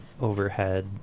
overhead